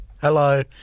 Hello